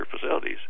facilities